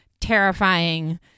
terrifying